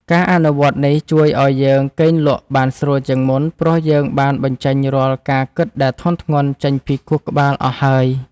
ការអនុវត្តនេះជួយឱ្យយើងគេងលក់បានស្រួលជាងមុន ព្រោះយើងបានបញ្ចេញរាល់ការគិតដែលធ្ងន់ៗចេញពីខួរក្បាលអស់ហើយ។